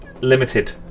limited